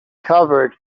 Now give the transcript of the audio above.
covered